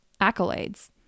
accolades